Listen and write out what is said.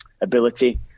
ability